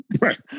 right